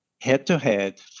head-to-head